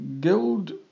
Guild